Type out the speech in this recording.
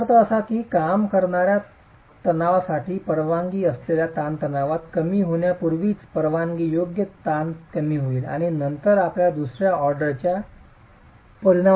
ज्याचा अर्थ असा आहे की काम करण्याच्या तणावासाठी परवानगी असलेल्या ताणतणावात कमी होण्यापूर्वीच परवानगीयोग्य ताण कमी होईल आणि नंतर आपण दुसर्या ऑर्डरच्या परिणामासाठी हे कमी करू शकता